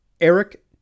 Eric